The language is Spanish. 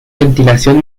ventilación